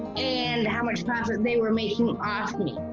and how much profit they were making off me.